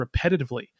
repetitively